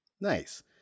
nice